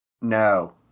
no